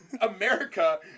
America